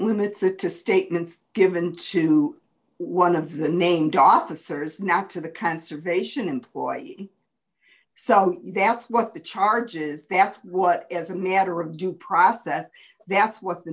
limits it to statements given to one of the named officers not to the conservation employee so that's what the charges that's what as a matter of due process that's what the